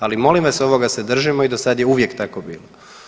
Ali molim vas ovoga se držimo i dosad je uvijek tako bilo.